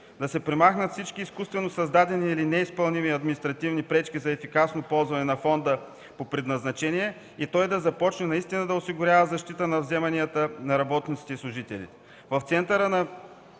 да се премахнат всички изкуствено създадени или неизпълними административни пречки за ефикасно ползване на фонда по предназначение и той да започне наистина да осигурява защита на вземанията на работниците и служителите.